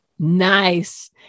Nice